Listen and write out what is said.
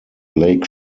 lake